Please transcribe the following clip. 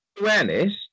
awareness